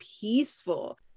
peaceful